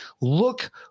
look